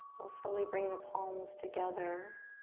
we'll slowly bring the palms together.